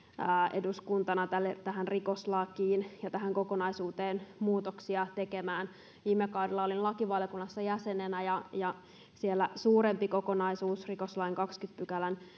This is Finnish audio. eduskuntana tähän rikoslakiin ja tähän kokonaisuuteen muutoksia tekemään viime kaudella olin lakivaliokunnassa jäsenenä ja ja siellä suuremman kokonaisuuden rikoslain kahdennenkymmenennen pykälän